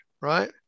right